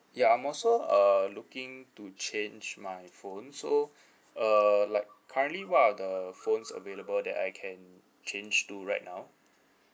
ya I'm also uh looking to change my phone so uh like currently what are the phones available that I can change to right now